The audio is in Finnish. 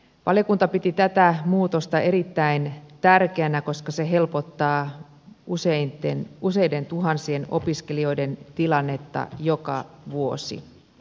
valiokunta piti tätä muutosta erittäin tärkeänä koska se helpottaa useiden tuhansien opiskelijoiden tilannetta joka vuosi